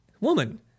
woman